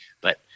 but-